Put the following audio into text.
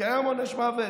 קיים עונש מוות,